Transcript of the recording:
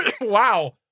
wow